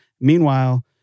Meanwhile